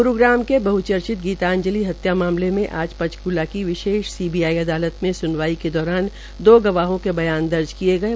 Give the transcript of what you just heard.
ग्रूग्राम के बहचर्चित गीताजंलि हत्या कांड में आज पंचकुला की विशेष सीबीआई अदालत मे स्नवाई के दौरान दो गवाहों के बयान दर्ज किये गये